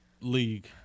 league